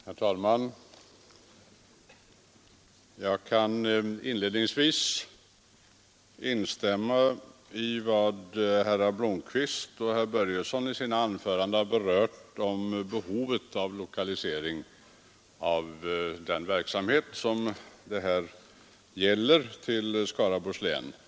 Herr talman! Jag kan inledningsvis instämma i vad herrar Blomkvist och Börjesson i Falköping i sina anföranden har sagt om behovet av lokalisering av sådan verksamhet som det här gäller till Skaraborgs län.